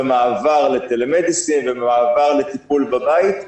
על המעבר לטֶלֶה-מדיסין ועל המעבר לטיפול בבית,